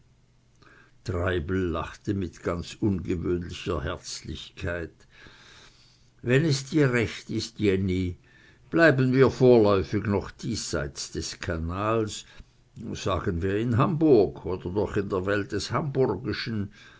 treibel lachte mit ganz ungewöhnlicher herzlichkeit wenn es dir recht ist jenny bleiben wir vorläufig noch diesseits des kanals sagen wir in hamburg oder doch in der welt des hamburgischen